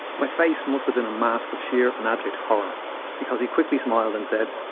my face must have been a mask of sheer and abject horror because he quickly smiled and said,